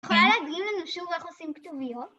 את יכולה להדגים לנו שוב איך עושים כתוביות?